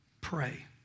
pray